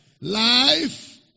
Life